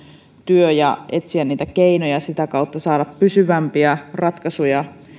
työ ja on ollut tärkeää etsiä niitä keinoja ja sitä kautta saada pysyvämpiä ratkaisuja